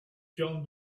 john